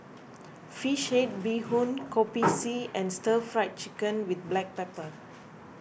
Fish Head Bee Hoon Kopi C and Stir Fried Chicken with Black Pepper